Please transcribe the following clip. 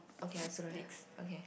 okay I also don't have okay